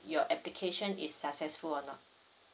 your application is successful or not